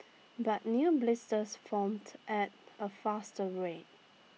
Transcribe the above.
but new blisters formed at A faster rate